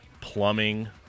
plumbing